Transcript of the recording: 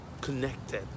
connected